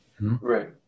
Right